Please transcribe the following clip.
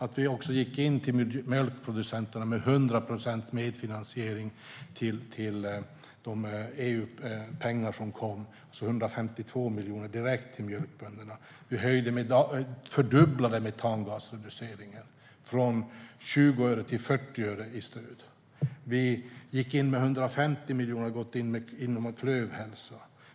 Vi gick också in till mjölkproducenterna med 100 procents medfinansiering till de EU-pengar som kom, alltså 152 miljoner direkt till mjölkbönderna. Vi fördubblade stödet för metangasreducering från 20 öre till 40 öre. Vi gick in med 150 miljoner till klövhälsa.